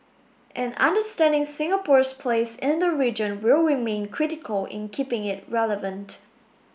and understanding Singapore's place in the region will remain critical in keeping it relevant